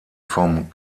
vom